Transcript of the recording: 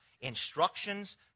instructions